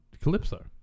Calypso